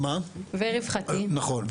נכון,